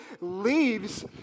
leaves